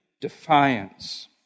defiance